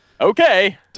Okay